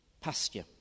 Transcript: pasture